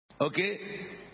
Okay